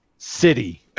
City